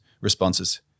responses